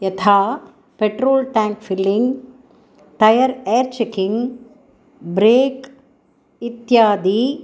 यथा petrol tank filling tyre air checking brake इत्यादि